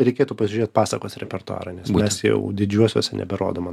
reikėtų pažiūrėt pasakos repertuarą nes mes jau didžiuosiuose neberodom man